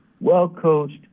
well-coached